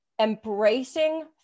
embracing